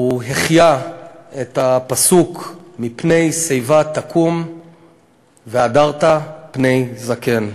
הוא החיה את הפסוק "מפני שיבה תקום והדרת פני זקן".